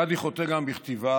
גדי חוטא גם בכתיבה.